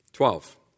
Twelve